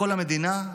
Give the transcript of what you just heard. בכל המדינה,